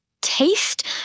taste